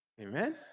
Amen